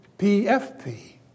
P-F-P